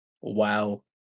Wow